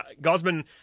Gosman